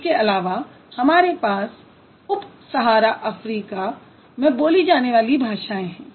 इसके अलावा हमारे पास उप सहारा अफ्रीका में बोली जाने वाली भाषाएँ हैं